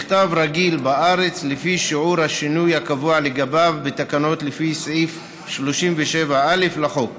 מכתב רגיל בארץ לפי שיעור השינוי הקבוע לגביו בתקנות לפי סעיף 37א לחוק.